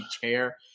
chair